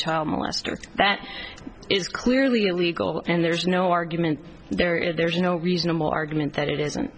child molester that is clearly illegal and there's no argument there is there's no reasonable argument that it isn't